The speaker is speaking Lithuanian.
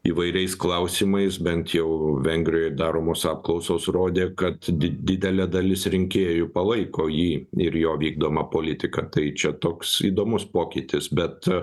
įvairiais klausimais bent jau vengrijoj daromos apklausos rodė kad di didelė dalis rinkėjų palaiko jį ir jo vykdomą politiką tai čia toks įdomus pokytis bet